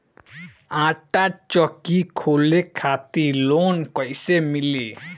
आटा चक्की खोले खातिर लोन कैसे मिली?